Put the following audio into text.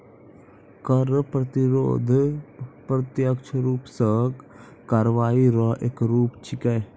कर प्रतिरोध प्रत्यक्ष रूप सं कार्रवाई रो एक रूप छिकै